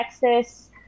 Texas